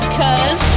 cause